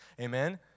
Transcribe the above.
Amen